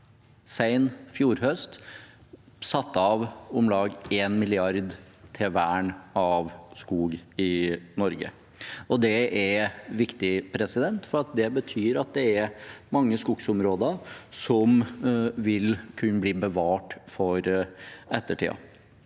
i fjor høst satt av om lag 1 mrd. kr til vern av skog i Norge. Det er viktig, for det betyr at det er mange skogsområder som vil kunne bli bevart for ettertiden.